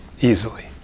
easily